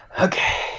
Okay